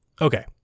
Okay